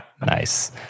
Nice